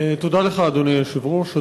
תודה לך, אדוני היושב-ראש.